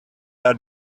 are